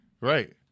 Right